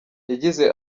yagize